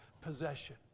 possession